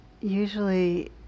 Usually